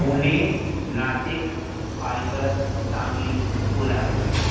Pune Nashik Palghar Sangli Kolhapur